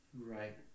Right